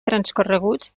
transcorreguts